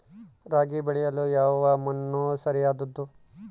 ರಾಗಿ ಬೆಳೆಯಲು ಯಾವ ಮಣ್ಣು ಸರಿಯಾದದ್ದು?